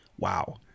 wow